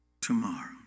tomorrow